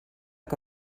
que